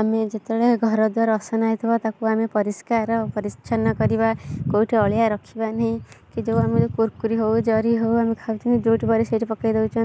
ଆମେ ଯେତେବେଳେ ଘର ଦ୍ୱାରା ଅସନା ହେଇଥିବ ତାକୁ ଆମେ ପରିଷ୍କାର ପରିଚ୍ଛନ୍ନ କରିବା କେଉଁଠି ଅଳିଆ ରଖିବା ନାହିଁ କି ଯେଉଁ ଆମେ କୁରକୁରି ହଉ ଜରି ହଉ ଆମେ ଖାଉଛନ୍ତି ଯେଉଁଠି ପାରିବ ସେଇଠି ପକାଇ ଦେଉଛନ୍ତି